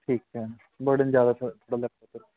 ਠੀਕ ਹੈ ਬਰਡਨ ਜ਼ਿਆਦਾ